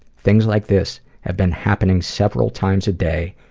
things like this have been happening several times a day,